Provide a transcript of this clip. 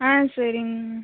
ஆ சரிங்க